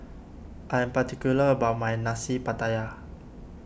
I am particular about my Nasi Pattaya